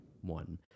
one